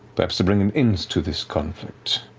perhaps to bring an end to this conflict.